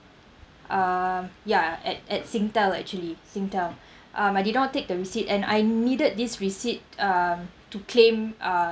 uh ya at at Singtel actually Singtel um I did not take the receipt and I needed this receipt um to claim uh